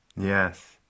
yes